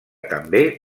també